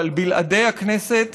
אבל בלעדי הכנסת